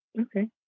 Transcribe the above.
okay